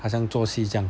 好像做戏这样